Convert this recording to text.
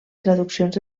traduccions